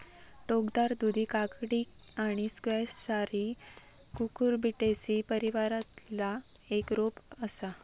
टोकदार दुधी काकडी आणि स्क्वॅश सारी कुकुरबिटेसी परिवारातला एक रोप असा